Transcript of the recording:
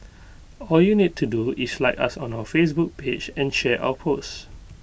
all you need to do is like us on our Facebook page and share our post